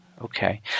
Okay